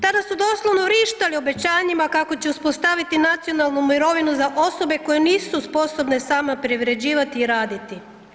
Tada su doslovno vrištali obećanjima kako će uspostaviti nacionalnu mirovinu za osobe koje nisu sposobne same privređivati i raditi.